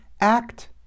Act